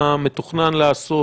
מה מתוכנן להיעשות,